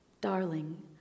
darling